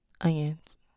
Onions